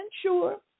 sure